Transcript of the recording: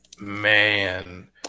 Man